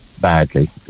badly